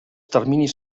terminis